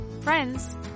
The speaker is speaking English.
friends